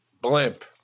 Blimp